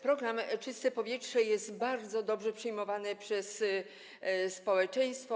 Program „Czyste powietrze” jest bardzo dobrze przyjmowany przez społeczeństwo.